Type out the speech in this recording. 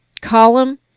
column